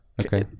Okay